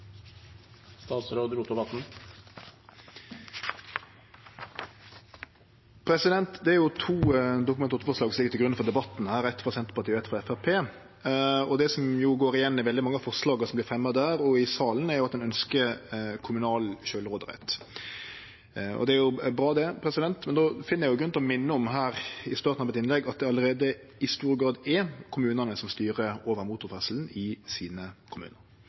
jo to Dokument 8-forslag som ligg til grunn for debatten her – eitt frå Senterpartiet og eitt frå Framstegspartiet – og det som går igjen i veldig mange av forslaga som vert fremja der og i salen, er at ein ønskjer kommunal sjølvråderett. Det er bra, det, men då finn eg grunn til å minne om her i starten av innlegget mitt at det allereie i stor grad er kommunane som styrer over motorferdselen i sin kommune. Nettopp fordi dei kjenner områda sine